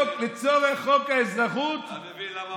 אתה מבין למה,